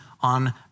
on